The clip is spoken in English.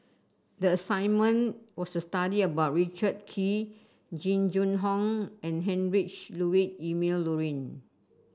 the assignment was to study about Richard Kee Jing Jun Hong and Heinrich Ludwig Emil Luering